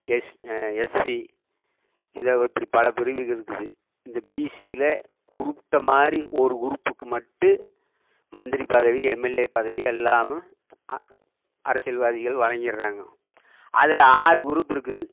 S SC இதை இப்படி பல பிரிவுகள் இருக்குது இந்த பிசியில் குறிப்பிட்ட மாதிரி ஒரு குரூப்புக்கு மட்டும் மந்திரி பதவி எம்எல்ஏ பதவி எல்லாம் அ அரசியல்வாதிகள் வழங்கிறாங்கோ அதில் ஆறு குரூப் இருக்குது